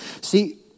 See